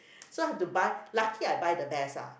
so have to buy lucky I buy the best lah